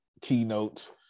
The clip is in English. keynotes